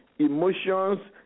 Emotions